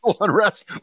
unrest